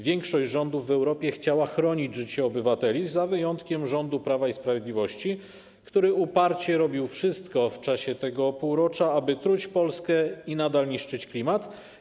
Większość rządów w Europie chciała chronić życie obywateli, za wyjątkiem rządu Prawa i Sprawiedliwości, który uparcie robił wszystko w czasie tego półrocza, aby truć Polskę i nadal niszczyć klimat.